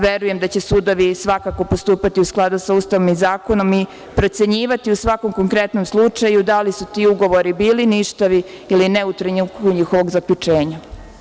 Verujem da će sudovi svakako postupati u skladu sa Ustavom i zakonom i procenjivati u svakom konkretnom slučaju da li su ti ugovori bili ništavni ili ne u trenutku njihovog zaključenja.